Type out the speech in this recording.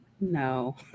no